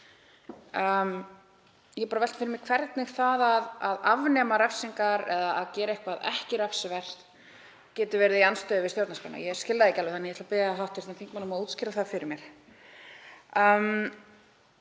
Ég velti fyrir mér hvernig það að afnema refsingar eða að gera eitthvað ekki refsivert geti verið í andstöðu við stjórnarskrána. Ég skil það ekki alveg þannig að ég ætla að biðja hv. þingmann um að útskýra það fyrir mér.